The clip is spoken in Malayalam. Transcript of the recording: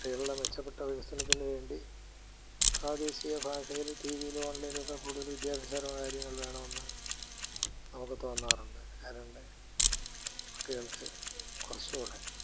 കുട്ടികളുടെ മെച്ചപ്പെട്ട വികസനത്തിനു വേണ്ടി പ്രാദേശിക ഭാഷയിൽ ടിവിയിലും ഓൺലൈനിലും ഒക്കെ കൂടുതൽ വിദ്യഭ്യാസപരമായ രീതികൾ വേണം എന്ന് നമുക്ക് തോന്നാറുണ്ട് കരണ്ട് കുട്ടികൾക്ക് കുറച്ചും കൂടെ